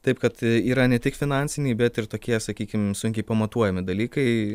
taip kad yra ne tik finansiniai bet ir tokie sakykim sunkiai pamatuojami dalykai